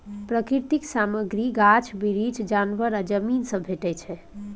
प्राकृतिक सामग्री गाछ बिरीछ, जानबर आ जमीन सँ भेटै छै